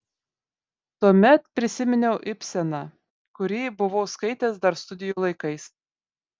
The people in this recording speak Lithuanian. tuomet prisiminiau ibseną kurį buvau skaitęs dar studijų laikais